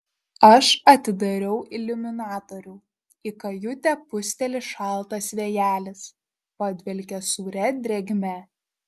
aš atidariau iliuminatorių į kajutę pūsteli šaltas vėjelis padvelkia sūria drėgme